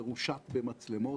מרושת במצלמות